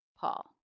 Paul